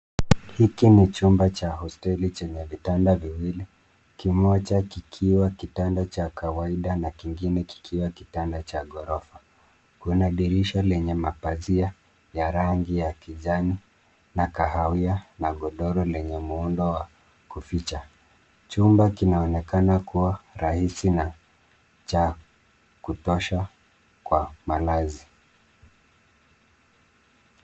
Hiki ni chumba cha hosteli chenye vitanda viwili. Kimoja kikiwa kitanda cha kawaida na kingine kikiwa kitanda cha ghorofa. Kuna dirisha lenye mapazia ya rangi ya kijani, na kahawia na godoro lenye muundo wa kuficha. Chumba kinaonekana kuwa rahisi na cha kutosha kwa malazi.